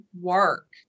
work